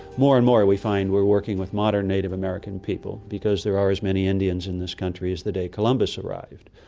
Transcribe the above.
more and more we find we're working with modern native american people because there are as many indians in this country as the day columbus arrived.